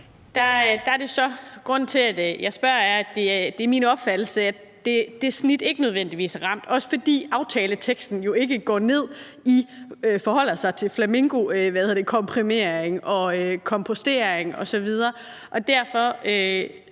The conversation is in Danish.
Grunden til, at jeg spørger, er, at det er min opfattelse, at det snit ikke nødvendigvis er ramt, bl.a. fordi aftaleteksten jo ikke går ned og forholder sig til flamingokomprimering og kompostering osv. Derfor